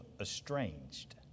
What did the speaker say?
estranged